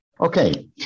Okay